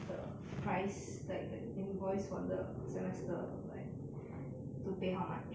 the price like the invoice for the semester like to pay how much